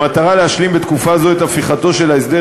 במטרה להשלים בתקופה זו את הפיכתו של ההסדר